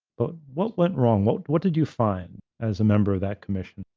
but what went wrong? what what did you find as a member of that commission?